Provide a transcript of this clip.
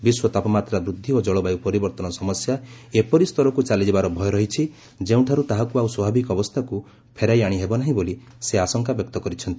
ବିଶ୍ୱ ତାପମାତ୍ରା ବୃଦ୍ଧି ଓ ଜଳବାୟୁ ପରିବର୍ତ୍ତନ ସମସ୍ୟା ଏପରି ସ୍ତରକୁ ଚାଲିଯିବାର ଭୟ ରହିଛି ଯେଉଁଠାରୁ ତାହାକୁ ଆଉ ସ୍ୱାଭାବିକ ଅବସ୍ଥାକୁ ଫେରାଇ ଆଣି ହେବ ନାହିଁ ବୋଲି ସେ ଆଶଙ୍କା ବ୍ୟକ୍ତ କରିଛନ୍ତି